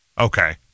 Okay